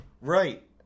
Right